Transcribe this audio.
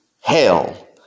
hell